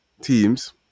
teams